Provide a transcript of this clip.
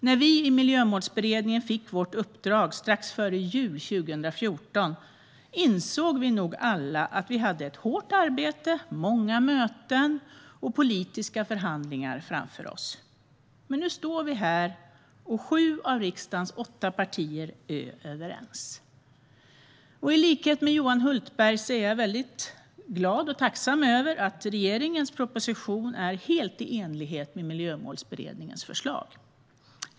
När vi i Miljömålsberedningen fick vårt uppdrag strax före jul 2014 insåg vi nog alla att vi hade ett hårt arbete, många möten och politiska förhandlingar framför oss. Men nu står vi här, och sju av riksdagens åtta partier är överens. I likhet med Johan Hultberg är jag glad och tacksam över att regeringens proposition är helt i enlighet med Miljömålsberedningens förslag.